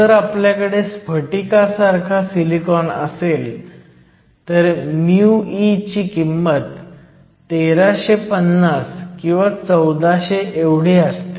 जर आपल्याकडे स्फटिकासारखा सिलिकॉन असेल तर μe ची किंमत 1350 किंवा 1400 असते